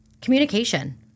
communication